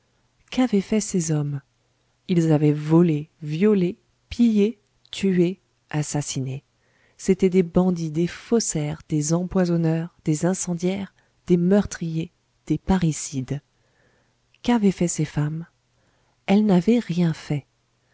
qu'avaient fait ces hommes ils avaient volé violé pillé tué assassiné c'étaient des bandits des faussaires des empoisonneurs des incendiaires des meurtriers des parricides qu'avaient fait ces femmes elles n'avaient rien fait